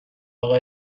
اقا